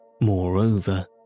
Moreover